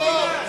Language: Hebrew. לישיבות.